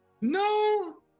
No